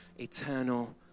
eternal